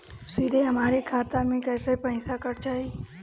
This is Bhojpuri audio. सीधे हमरे खाता से कैसे पईसा कट जाई?